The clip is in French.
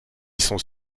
sont